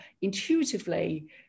intuitively